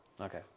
Okay